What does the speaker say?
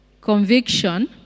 conviction